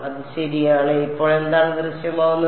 അത് ശരിയാണ് ഇപ്പോൾ എന്താണ് ദൃശ്യമാകുന്നത്